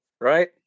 Right